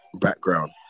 background